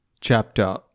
Chapter